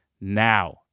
now